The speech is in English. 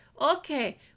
okay